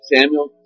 Samuel